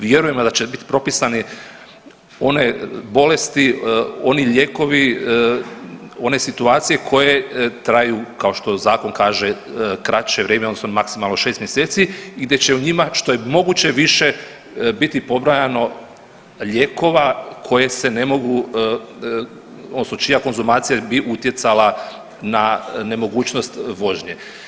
Vjerujemo da će biti propisane one bolesti, oni lijekovi, one situacije koje traju, kao što zakon kaže, kraće vrijeme, odnosno maksimalno 6 mjeseci i gdje će u njima, što je moguće više biti pobrojano lijekova koje se ne mogu, odnosno čija konzumacija bi utjecala na nemogućnost vožnje.